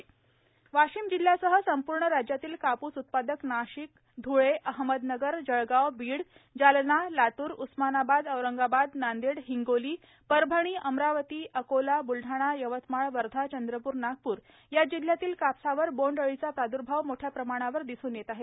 बोंडअळीचा प्राद्र्भाव वाशिम वाशिम जिल्ह्यासह संपूर्ण राज्यातील कापूस उत्पादक नाशिक धुळे अहमदनगर जळगांव बीड जालना लातूर उस्मानाबाद औरंगाबाद नांदेड हिंगोली परभणी अमरावती अकोला ब्लढाणा यवतमाळ वर्धा चंद्रपूर नागपूर या जिल्ह्यातील कापसावर बोंडअळीचा प्रादुर्भाव मोठ्या प्रमाणावर दिसून येत आहे